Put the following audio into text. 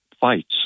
fights